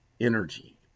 energy